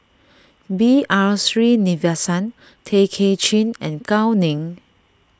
B R Sreenivasan Tay Kay Chin and Gao Ning